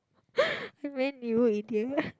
I mean you idiot